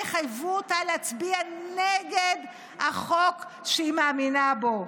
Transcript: יחייבו אותה להצביע נגד החוק שהיא מאמינה בו.